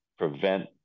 prevent